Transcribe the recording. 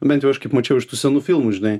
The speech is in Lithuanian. bent jau aš kaip mačiau iš tų senų filmų žinai